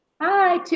Hi